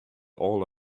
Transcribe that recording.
all